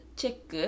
check